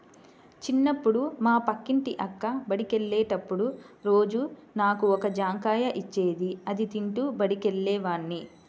చిన్నప్పుడు మా పక్కింటి అక్క బడికెళ్ళేటప్పుడు రోజూ నాకు ఒక జాంకాయ ఇచ్చేది, అది తింటూ బడికెళ్ళేవాడ్ని